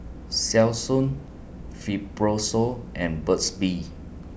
Selsun Fibrosol and Burt's Bee